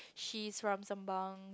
she's from Sembawang